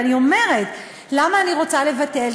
ואני אומרת, למה אני רוצה לבטל?